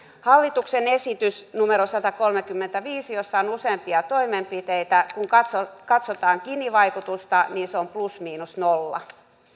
hallituksen esitys numero satakolmekymmentäviisi jossa on useampia toimenpiteitä kun katsotaan gini vaikutusta niin se on plus miinus nolla